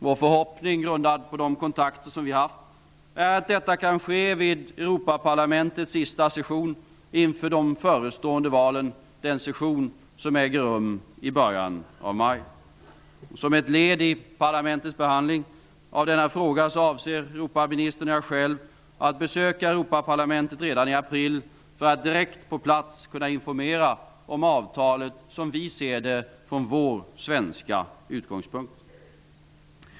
Vår förhoppning, grundad på de kontakter som vi har haft, är att detta skall kunna ske vid Europaparlamentets sista session inför de förestående valen. Den sessionen äger rum i början av maj. Som ett led i parlamentets behandling av denna fråga avser Europaministern och jag själv att besöka Europaparlamentet redan i april för att direkt på plats kunna informera om avtalet som vi ser det från vår svenska utgångspunkt.